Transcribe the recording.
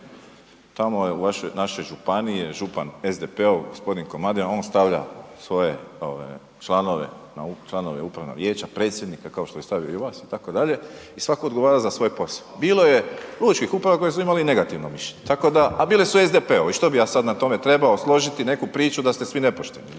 vašoj, našoj županiji je župan SDP-ov g. Komadina, on stavlja svoje ove članove, članove upravnog vijeća, predsjednika kao što je stavio i vas itd. i svatko odgovara za svoj posao. Bilo je lučkih uprava koje su imali negativno mišljenje, tako da, a bili su u SDP-u i što bi ja sad na tome trebao složiti neku priču da ste svi nepošteni